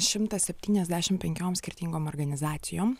šimtą septyniasdešimt penkiom skirtingom organizacijom